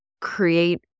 create